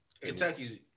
Kentucky's